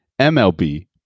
MLB